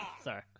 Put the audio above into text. Sorry